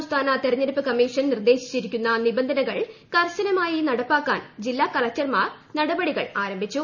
സംസ്ഥാന തിരഞ്ഞെടുപ്പു കമ്മീഷൻ നിർദ്ദേശിച്ചിരിക്കുന്നു നിബന്ധനകൾ നടപ്പാക്കാൻ ജില്ലാ കളക്ടർമാർ നടപടികളാരംഭിച്ചു